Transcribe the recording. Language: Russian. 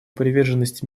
приверженность